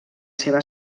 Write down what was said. seva